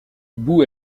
bou